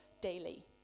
daily